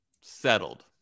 Settled